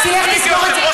אז תלך תסגור את זה,